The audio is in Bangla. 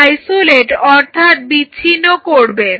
আইসোলেট অর্থাৎ বিচ্ছিন্ন করবে